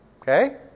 Okay